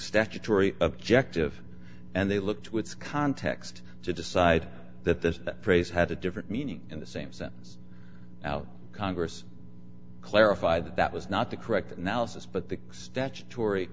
jury objective and they looked with context to decide that there's that phrase had a different meaning in the same sentence out congress clarified that that was not the correct analysis but the statutory